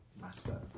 master